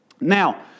Now